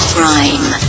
Crime